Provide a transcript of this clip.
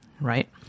right